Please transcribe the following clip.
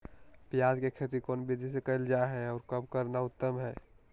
प्याज के खेती कौन विधि से कैल जा है, और कब करना उत्तम है?